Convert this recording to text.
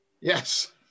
Yes